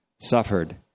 suffered